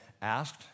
asked